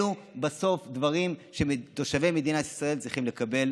בסוף אלו דברים שתושבי מדינת ישראל צריכים לקבל